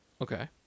Okay